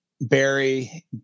Barry